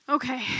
Okay